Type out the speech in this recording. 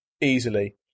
easily